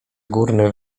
górny